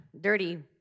dirty